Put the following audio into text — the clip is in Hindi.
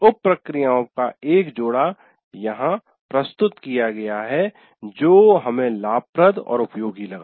उप प्रक्रियाओं का एक जोड़ा यहां प्रस्तुत किया गया है जो हमें लाभप्रद और उपयोगी लगा